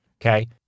okay